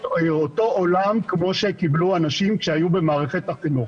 אותו עולם כמו שקיבלו אנשים כשהיו במערכת החינוך.